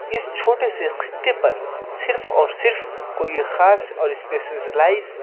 اس چھوٹے سے خطے پر صرف اور صرف کوئی خاص اور اسپیشزلائز